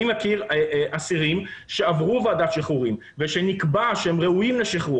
אני מכיר אסירים שעברו ועדת שחרורים ושנקבע שהם ראויים לשחרור